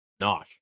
Nosh